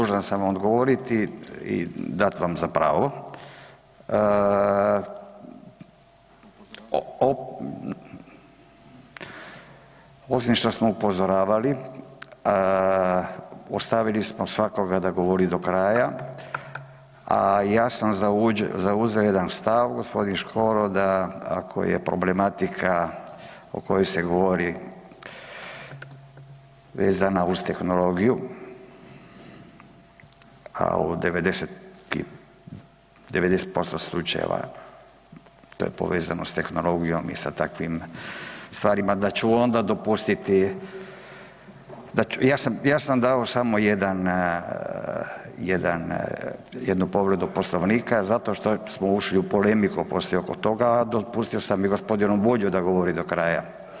Dužan sam odgovoriti i dat vam za pravo, osim što smo upozoravali ostavili smo svakoga da govori do kraja, a ja sam zauzeo jedan stav gospodin Škoro da ako je problematika o kojoj se govori vezana uz tehnologiju, a u 90% slučajeva to je povezano s tehnologijom i sa takvim stvarima da ću onda dopustiti, ja sam dao samo jedan, jedan, jednu povredu Poslovnika zato što smo ušli u polemiku poslije oko toga, a dopustio sam i gospodinu Bulju da govori do kraja.